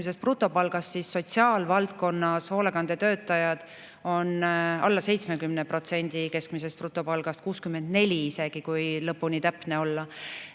brutopalgast, siis sotsiaalvaldkonnas [saavad] hoolekandetöötajad alla 70% keskmisest brutopalgast, 64% isegi, kui lõpuni täpne olla.